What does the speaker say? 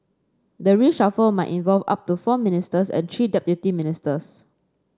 the reshuffle might involve up to four ministers and three deputy ministers